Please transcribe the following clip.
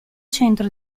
centro